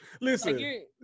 Listen